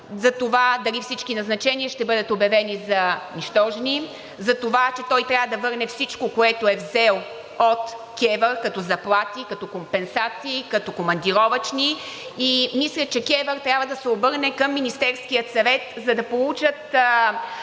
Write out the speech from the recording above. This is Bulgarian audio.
затова дали всички назначения ще бъдат обявени за нищожни, затова, че той трябва да върне всичко, което е взел от КЕВР като заплати, като компенсации, като командировъчни и мисля, че КЕВР трябва да се обърне към Министерския съвет, за да получат